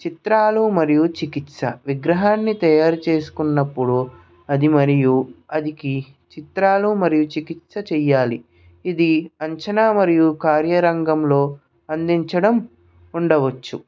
చిత్రాలు మరియు చికిత్స విగ్రహాన్ని తయారు చేసుకున్నప్పుడు అది మరియు అది చిత్రాలు మరియు చికిత్స చేయాలి ఇది అంచనా మరియు కార్యరంగంలో అందించడం ఉండవచ్చు